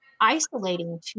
isolating